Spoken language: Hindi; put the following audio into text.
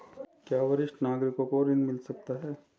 क्या वरिष्ठ नागरिकों को ऋण मिल सकता है?